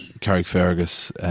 Carrickfergus